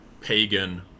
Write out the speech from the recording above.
pagan